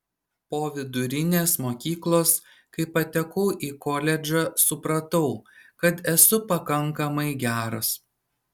po vidurinės mokyklos kai patekau į koledžą supratau kad esu pakankamai geras